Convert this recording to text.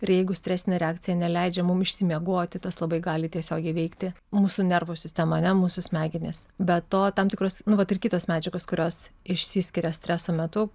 ir jeigu stresinė reakcija neleidžia mum išsimiegoti tas labai gali tiesiogiai veikti mūsų nervų sistemą ar ne mūsų smegenis be to tam tikros nu vat ir kitos medžiagos kurios išsiskiria streso metu